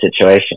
situation